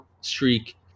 streak